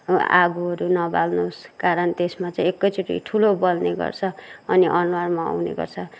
आगोहरू न बाल्नुहोस् कारण त्यसमा चाहिँ एकैचोटी ठुलो बल्ने गर्छ अनि अनुहारमा आउने गर्छ